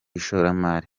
ishoramari